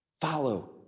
Follow